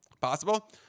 possible